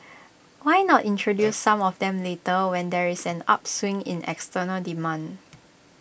why not introduce some of them later when there is an upswing in external demand